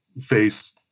face